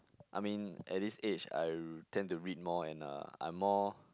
I mean at this age I tend to read more and uh I'm more